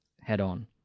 head-on